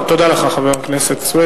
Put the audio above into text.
תודה לך, חבר הכנסת סוייד.